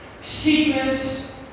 Sickness